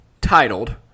titled